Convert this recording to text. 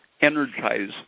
energize